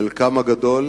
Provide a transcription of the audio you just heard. חלקם הגדול